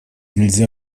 нельзя